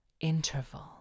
interval